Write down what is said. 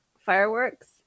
fireworks